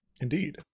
Indeed